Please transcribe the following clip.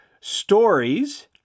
stories